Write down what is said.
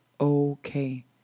okay